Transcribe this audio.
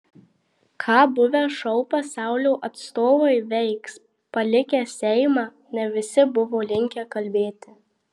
ką buvę šou pasaulio atstovai veiks palikę seimą ne visi buvo linkę kalbėti